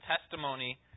testimony